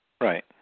Right